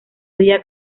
día